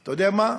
אתה יודע מה?